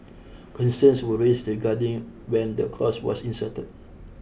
concerns were raised regarding when the clause was inserted